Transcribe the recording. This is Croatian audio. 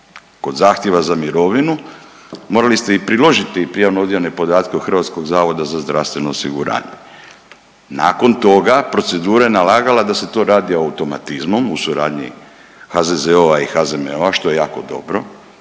kod zahtjeva za mirovinu morali ste i priložiti prijavno odjavne podatke od HZZO-a. Nakon toga procedura je nalagala da se to radi automatizmom u suradnji HZZO¬-a i HZMO-a što je jako dobro.